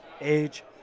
age